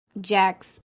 Jack's